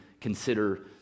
consider